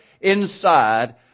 inside